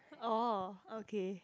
oh okay